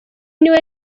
niwe